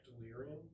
Delirium